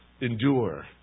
endure